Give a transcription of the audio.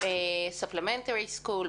Supplementary school,